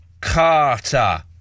Carter